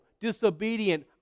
disobedient